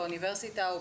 באוניברסיטה או